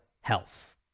health